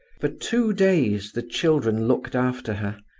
for two days the children looked after her,